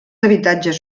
habitatges